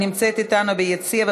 שנמצאת אתנו ביציע,